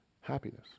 happiness